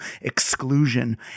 exclusion